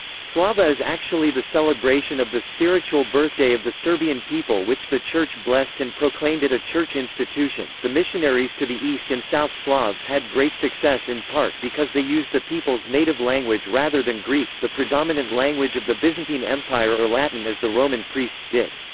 slava is actually the celebration of the spiritual birthday of the serbian people which the church blessed and proclaimed it a church institution the missionaries to the east and south slavs had great success in part because they used the people's native language rather than greek, the predominant language of the byzantine empire or latin as the roman priests did.